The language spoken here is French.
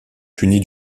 punie